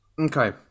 okay